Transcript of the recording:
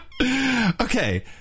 Okay